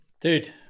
Dude